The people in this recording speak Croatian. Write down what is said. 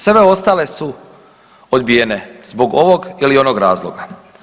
Sve ostale su odbijene zbog ovog ili onog razloga.